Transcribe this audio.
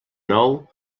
nou